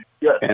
yes